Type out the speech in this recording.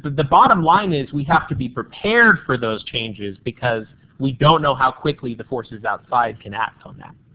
but the bottom line is we have to be prepared for those changes because we don't know how quickly the forces outside can act on it.